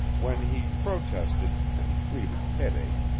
when he protested, and pleaded headache,